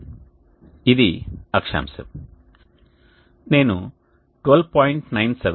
కాబట్టి ఇది అక్షాంశం నేను 12